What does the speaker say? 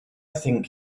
think